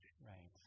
right